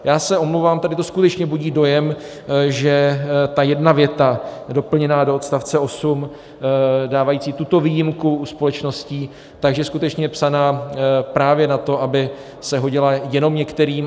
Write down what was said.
Já se omlouvám, tady to skutečně budí dojem, že ta jedna věta doplněná do odstavce 8 dávající tuto výjimku u společností, že skutečně je psaná právě na to, aby se hodila jenom některým.